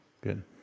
Good